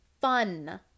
fun